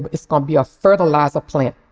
it's gonna be a fertilizer plant.